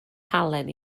halen